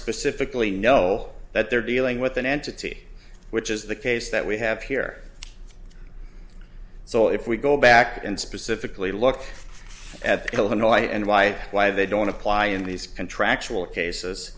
specifically know that they're dealing with an entity which is the case that we have here so if we go back and specifically look at people in the light and why why they don't apply in these contractual cases